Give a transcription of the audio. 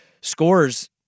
scores